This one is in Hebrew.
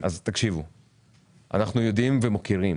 אנחנו יודעים ומוקירים